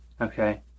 okay